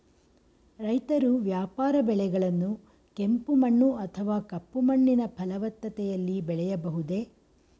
ರೈತರು ವ್ಯಾಪಾರ ಬೆಳೆಗಳನ್ನು ಕೆಂಪು ಮಣ್ಣು ಅಥವಾ ಕಪ್ಪು ಮಣ್ಣಿನ ಫಲವತ್ತತೆಯಲ್ಲಿ ಬೆಳೆಯಬಹುದೇ?